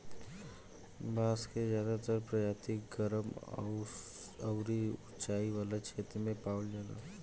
बांस के ज्यादातर प्रजाति गरम अउरी उचाई वाला क्षेत्र में पावल जाला